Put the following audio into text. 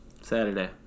Saturday